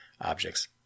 objects